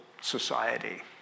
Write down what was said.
society